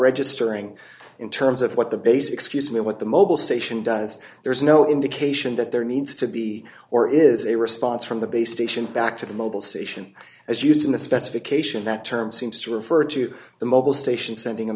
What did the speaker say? registering in terms of what the base excuse me what the mobile station does there's no indication that there needs to be or is a response from the base station back to the mobile station as used in the specification that term seems to refer to the mobile station sending a